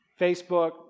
Facebook